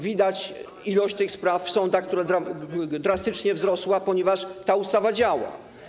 Widać, że ilość tych spraw w sądach drastycznie wzrosła, ponieważ ta ustawa działa.